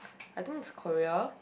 I think is Korea